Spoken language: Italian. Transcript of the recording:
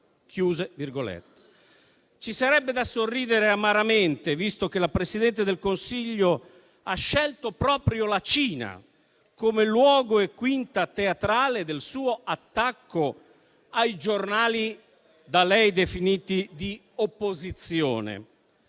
Ci sarebbe da sorridere amaramente, visto che la Presidente del Consiglio ha scelto proprio la Cina come luogo e quinta teatrale per il suo attacco ai giornali da lei definiti di opposizione.